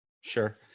Sure